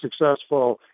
successful